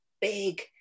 big